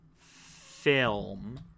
film